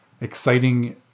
exciting